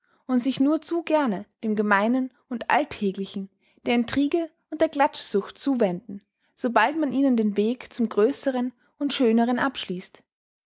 und sich nur zu gerne dem gemeinen und alltäglichen der intrigue und der klatschsucht zuwenden sobald man ihnen den weg zum größeren und schöneren abschließt